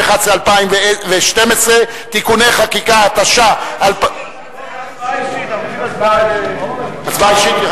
ו-2012 (תיקוני חקיקה) רוצים הצבעה אישית.